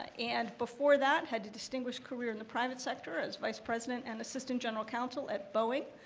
and before that had the distinguished career in the private sector as vice-president, and assistant general counsel at boeing.